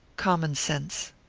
common sense.